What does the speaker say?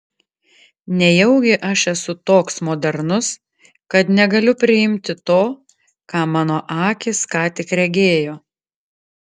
nejaugi aš esu toks modernus kad negaliu priimti to ką mano akys ką tik regėjo